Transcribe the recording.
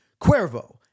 Cuervo